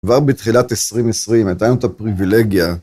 כבר בתחילת 2020, הייתה לנו את הפריבילגיה.